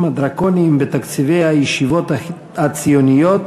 הדרקוניים בתקציבי הישיבות הציוניות